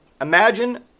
Imagine